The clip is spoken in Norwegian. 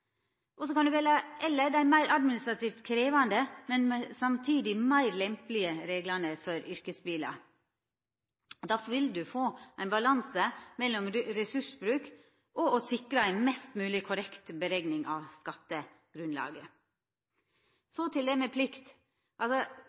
og dei meir administrativt krevjande, men samstundes meir lempelege reglane for yrkesbilar. Da vil du få ein balanse mellom ressursbruk og det å sikra ei mest mogleg korrekt berekning av skattegrunnlaget. Så til det med plikt: